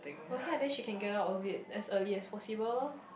okay ah then she can get off of it as early as possible loh